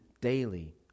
daily